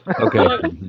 Okay